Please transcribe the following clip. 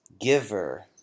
giver